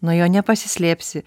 nuo jo nepasislėpsi